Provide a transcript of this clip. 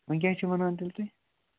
وۅنۍ کیٛاہ چھِو وَنان تیٚلہِ تُہۍ